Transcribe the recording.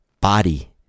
body